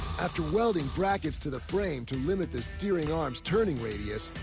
after welding brackets to the frame to limit the steering arms' turning radius,